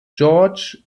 georges